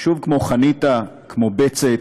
יישוב כמו חניתה, כמו בצת,